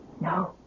No